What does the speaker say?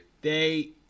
they-